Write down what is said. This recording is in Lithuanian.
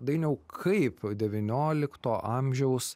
dainiau kaip devyniolikto amžiaus